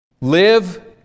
Live